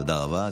תודה רבה.